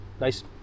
nice